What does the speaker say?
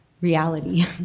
reality